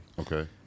Okay